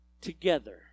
together